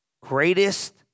greatest